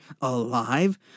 alive